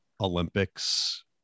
Olympics